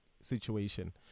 situation